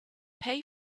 pay